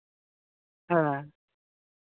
ᱦᱮᱸ